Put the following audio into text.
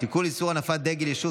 החמרת ענישה